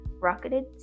rocketed